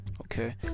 okay